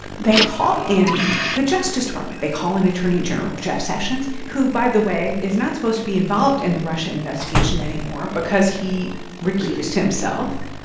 they call in the justice department. they call in attorney general jeff sessions, who, by the way, is not supposed to be involved in the russia investigation anymore because he recused himself.